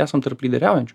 esam tarp lyderiaujančių